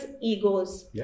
egos